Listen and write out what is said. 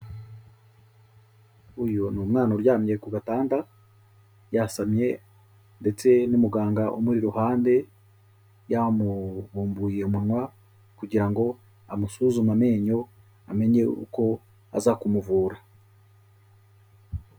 Uyu ni umwana uryamye ku gatanda yasamye, ndetse n'umuganga umuri iruhande, yamubumbuye umunwa kugira ngo amusuzume amenyo, amenye uko aza kumuvura.